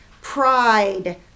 pride